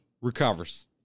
recovers